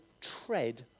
tread